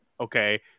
Okay